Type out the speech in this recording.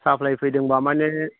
supply फैदोंबा माने